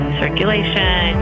circulation